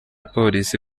polisi